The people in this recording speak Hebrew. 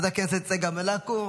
חברת הכנסת צגה מלקו,